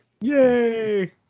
Yay